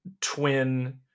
twin